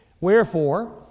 Wherefore